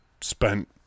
spent